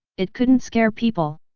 it couldn't scare people.